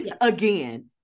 again